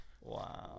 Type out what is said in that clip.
Wow